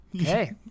Okay